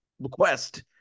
request